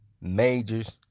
majors